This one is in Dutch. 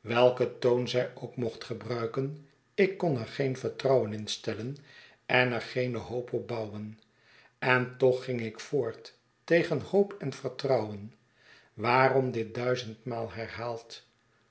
welken toon zij ook mocht gebruiken ik kon er geenvertrouwen in stellen en er geene hoop op bouwen en toch ging ik voort tegen hoop en vertrouwen waarom dit duizendmaal herhaald